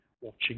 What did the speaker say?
watching